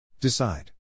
Decide